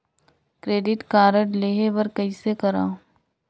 Credit card लेहे बर कइसे करव?